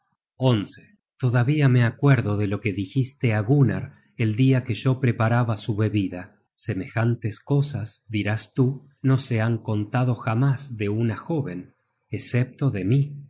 hermanos todavía me acuerdo de lo que dijiste á gunnar el dia que yo preparaba su bebida semejantes cosas dirás tú no se han contado jamás de una jóven escepto de mí